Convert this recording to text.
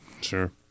Sure